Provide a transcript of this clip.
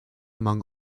among